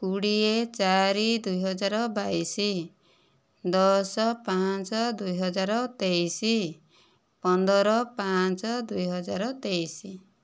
କୋଡ଼ିଏ ଚାରି ଦୁଇ ହଜାର ବାଇଶ ଦଶ ପାଞ୍ଚ ଦୁଇ ହଜାର ତେଇଶ ପନ୍ଦର ପାଞ୍ଚ ଦୁଇ ହଜାର ତେଇଶ